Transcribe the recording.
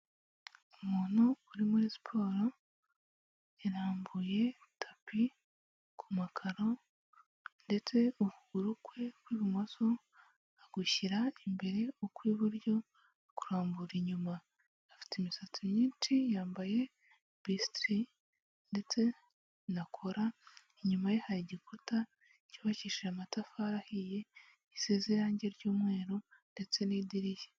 Umuntu uri muri siporo yarambuye tapi ku makaro ndetse ukugurukwe kw'ibumoso agushyira imbere u kw'iburyo kurambura inyuma afite imisatsi myinshi yambaye bisitiri ndetse na kora inyuma ye hari igikuta cyubakishije amatafari ahiye isize irangi ry'umweru ndetse n'idirishya